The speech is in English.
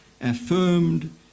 affirmed